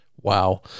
Wow